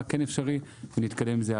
מה כן אפשרי ולהתקדם עם זה הלאה.